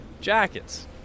Jackets